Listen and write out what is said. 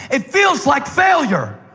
it feels like failure,